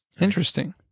Interesting